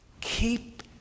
Keep